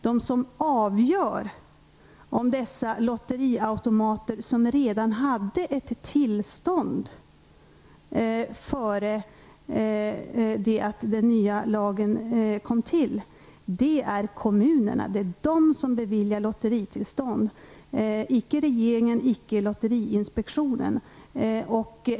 Det är kommunerna som beviljar lotteritillstånd för de lotteriautomater som fanns före den nya lagens tillkomst, inte regeringen eller lotteriinspektionen.